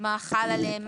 מה חל עליהם,